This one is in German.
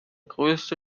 größte